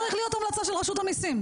המלצה של רשות המיסים,